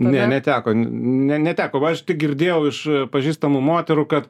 ne neteko ne neteko va aš tik girdėjau iš pažįstamų moterų kad